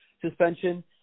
suspension